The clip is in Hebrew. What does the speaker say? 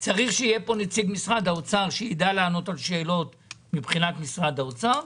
צריך שיהיה פה נציג משרד האוצר שידע לענות על שאלות מבחינת משרד האוצר,